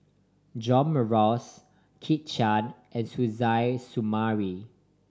John Morrice Kit Chan and Suzairhe Sumari